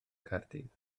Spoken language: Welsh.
caerdydd